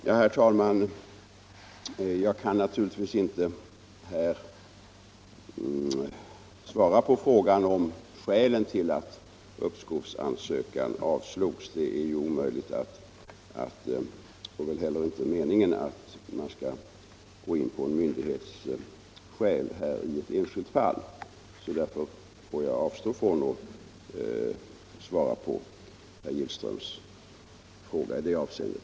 Herr talman! Jag kan naturligtvis inte här svara på frågan om skälen till att uppskovsansökan avslogs. Det är ju omöjligt, och det är väl heller inte meningen att man skall gå in på en myndighets skäl när det gäller ett enskilt fall. Därför får jag avstå från att svara på herr Gillströms fråga i det avseendet.